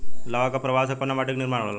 लावा क प्रवाह से कउना माटी क निर्माण होला?